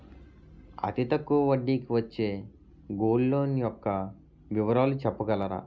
అతి తక్కువ వడ్డీ కి వచ్చే గోల్డ్ లోన్ యెక్క వివరాలు చెప్పగలరా?